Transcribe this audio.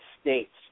States